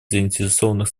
заинтересованных